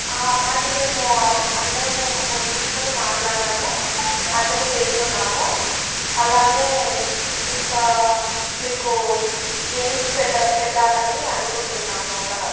అది మేము అందరమూ కూర్చుని మాట్లాడాము అదే చేస్తున్నాము అలానే ఇంకా మీకు గేమ్స్ పెట్ట పెట్టాలని అనుకుంటున్నాము అక్కడ